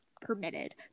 permitted